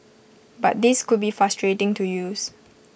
but these could be frustrating to use